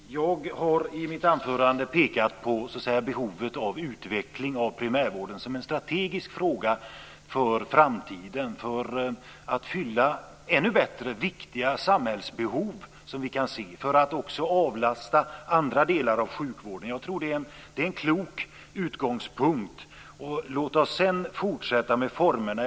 Herr talman! Jag har i mitt anförande pekat på behovet av utveckling av primärvården som en strategisk fråga för framtiden för att ännu bättre fylla viktiga samhällsbehov som vi kan se och för att också avlasta andra delar av sjukvården. Jag tror att det är en klok utgångspunkt. Låt oss sedan fortsätta med formerna.